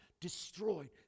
destroyed